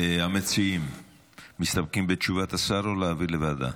המציעים מסתפקים בתשובת השר או להעביר לוועדה?